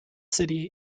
city